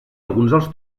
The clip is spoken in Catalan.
alguns